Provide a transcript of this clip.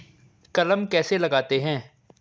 कलम कैसे लगाते हैं?